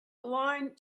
line